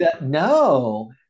no